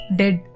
dead